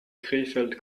krefeld